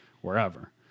wherever